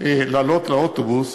להעלות לאוטובוס